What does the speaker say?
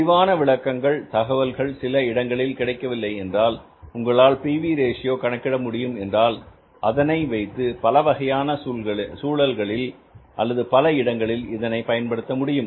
விரிவான விளக்கங்கள் தகவல்கள் சில இடங்களில் கிடைக்கவில்லை என்றால் உங்களால் P V ratio PV Ratio கணக்கிட முடியும் என்றால் அதனை வைத்து பலவகையான பலவகை சூழல்களில் அல்லது பல இடங்களில் இதனை பயன்படுத்த முடியும்